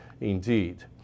indeed